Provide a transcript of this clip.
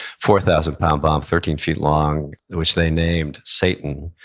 four thousand pound bomb, thirteen feet long, which they named satan.